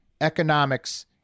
economics